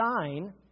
sign